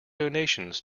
donations